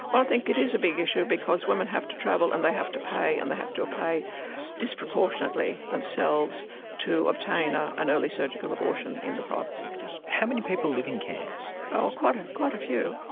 i think it is a big issue because women have to travel and they have to pay and they have to pay disproportionately themselves to obtain ah an early surgical abortion in the private sector. how many people live in cairns? quite ah quite a few,